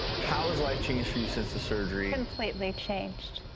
how has life changed for you since the surgery? completely changed.